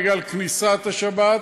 בגלל כניסת השבת,